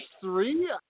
three